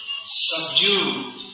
subdued